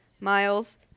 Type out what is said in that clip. Miles